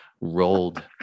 rolled